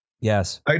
Yes